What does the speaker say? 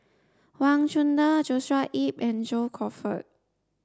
Wang Chunde Joshua Ip and John Crawfurd